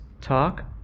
talk